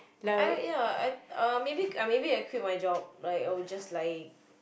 I ya I uh maybe I maybe I quit my job like I'll just like